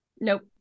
Nope